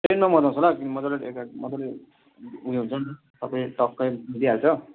ट्रेनमा मजा आउँछ होला किनकि मजाले उयो हुन्छ नि त सबै टक्कै मिलिहाल्छ